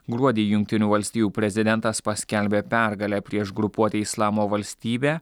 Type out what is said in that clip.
gruodį jungtinių valstijų prezidentas paskelbė pergalę prieš grupuotę islamo valstybė